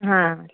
ಹಾಂ ರೀ